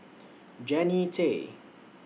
Jannie Tay